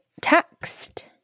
text